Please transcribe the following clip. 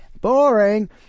boring